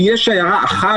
תהיה שיירה אחת,